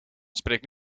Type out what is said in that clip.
spreek